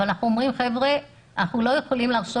אבל אנחנו אומרים להם שאנחנו לא יכולים להרשות